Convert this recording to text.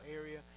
area